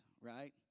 right